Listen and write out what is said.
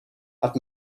hat